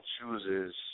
chooses